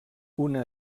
una